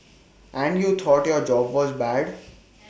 and you thought your job was bad